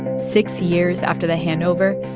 six years after the handover,